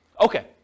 Okay